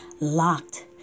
locked